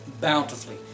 bountifully